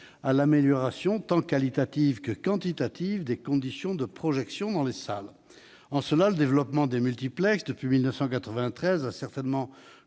l'amélioration tant qualitative que quantitative des conditions de projection dans les salles. En cela, le développement des multiplexes depuis 1993 a certainement